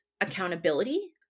accountability